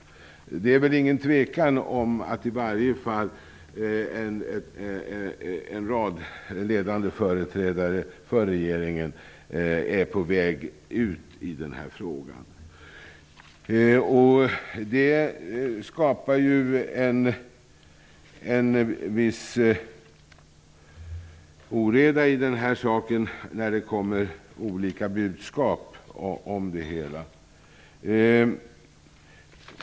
Det är väl inget tvivel om att i varje fall en rad ledande företrädare för regeringen är på väg ut i den frågan. Det skapar en viss oreda när det kommer olika budskap om detta.